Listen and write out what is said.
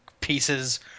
pieces